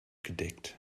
gedeckt